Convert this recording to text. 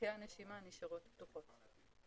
ודרכי הנשימה נשארות פתוחות.